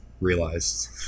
Realized